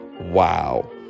Wow